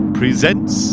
presents